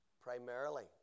Primarily